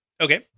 Okay